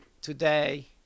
today